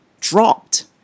dropped